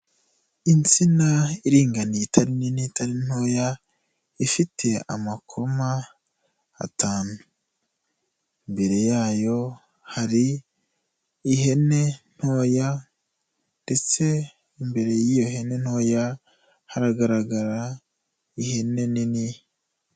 Insina iringaniye itari nini, itari ntoya, ifite amakoma atanu, imbere yayo hari ihene ntoya ndetse imbere y'iyo hene ntoya, hagaragara ihene nini.